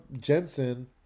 Jensen